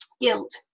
guilt